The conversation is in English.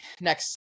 next